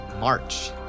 March